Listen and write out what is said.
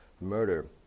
murder